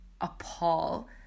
appall